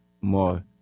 more